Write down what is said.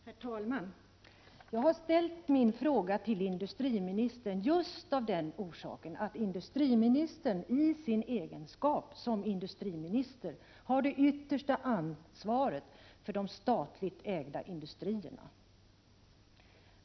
Herr talman! Jag har ställt min fråga till industriministern av just det skälet att industriministern i sin egenskap av industriminister har det yttersta ansvaret för de statligt ägda industrierna.